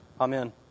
Amen